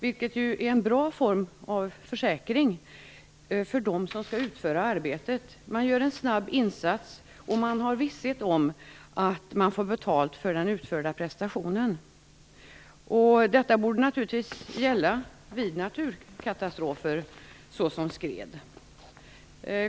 Det är en bra form av försäkring för dem som skall utföra arbetet. Man gör en snabb insats, och man har visshet om att man får betalt för den utförda prestationen. Detsamma borde naturligtvis gälla vid naturkatastrofer såsom skred.